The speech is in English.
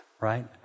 right